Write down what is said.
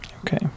Okay